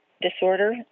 disorder